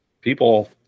people